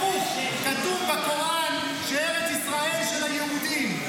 הפוך, כתוב בקוראן שארץ ישראל של היהודים.